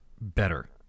better